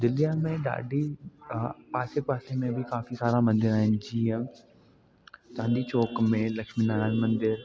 दिल्लीअ में ॾाढी आसे पासे में बि काफ़ी सारा मंदर आहिनि जीअं काली चौक में लक्ष्मी नारायण मंदरु